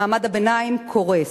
מעמד הביניים קורס,